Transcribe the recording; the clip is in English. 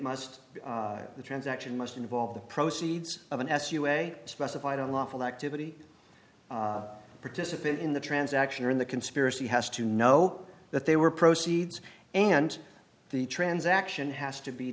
must the transaction must involve the proceeds of an s u a specified on lawful activity participate in the transaction or in the conspiracy has to know that they were proceeds and the transaction has to be